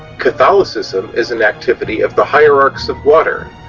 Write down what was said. catholicism is an activity of the hierarchs of water,